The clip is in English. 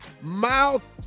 Mouth